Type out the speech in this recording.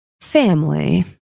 family